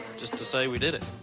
just to say we did it.